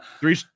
three